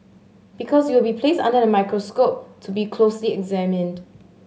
because you will be placed under the microscope to be closely examined